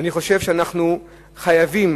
אני חושב שאנחנו חייבים